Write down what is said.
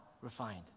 refined